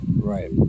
Right